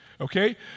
Okay